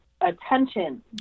attention